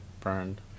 burned